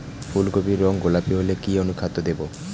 ফুল কপির রং গোলাপী হলে কি অনুখাদ্য দেবো?